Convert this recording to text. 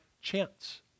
chance